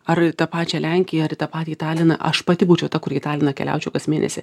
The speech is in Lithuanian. ar į tą pačią lenkiją ar į tą patį taliną aš pati būčiau ta kuri į taliną keliaučiau kas mėnesį